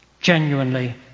genuinely